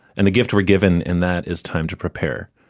and the gift we're given in that is time to prepare.